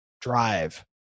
Drive